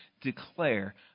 declare